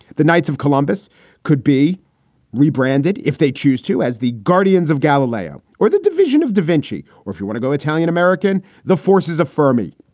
the knights of columbus could be rebranded if they choose to as the guardians of galileo or the division of da vinci, or if you want to go italian american. the forces of fermi,